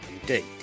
indeed